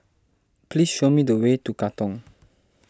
please show me the way to Katong